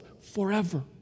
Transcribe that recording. forever